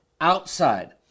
outside